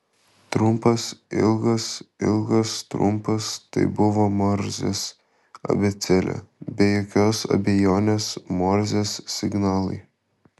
trumpas ilgas ilgas trumpas tai buvo morzės abėcėlė be jokios abejonės morzės signalai